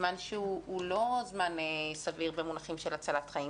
זמן שהוא לא זמן סביר במונחים של הצלת חיים.